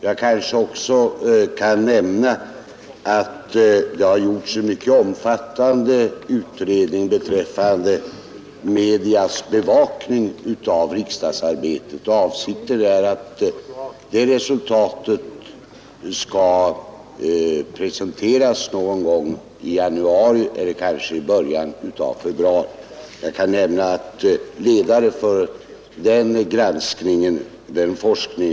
Jag kan också nämna att det har gjorts en mycket omfattande utredning beträffande medias bevakning av riksdagsarbetet. Avsikten är att resultatet av denna skall presenteras någon gång i januari eller kanske i början av februari. Ledare för denna granskning och forskning har varit Stig Hadenius. Herr talman!